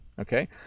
okay